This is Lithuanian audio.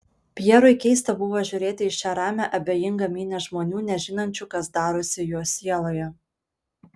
pjerui keista buvo žiūrėti į šią ramią abejingą minią žmonių nežinančių kas darosi jo sieloje